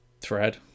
Thread